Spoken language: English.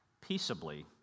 peaceably